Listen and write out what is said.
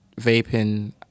vaping